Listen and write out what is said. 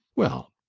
well,